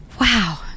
Wow